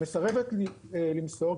מסרבת למסור,